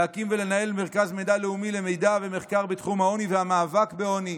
להקים ולנהל מרכז מידע לאומי למידע ומחקר בתחום העוני והמאבק בעוני,